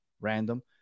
random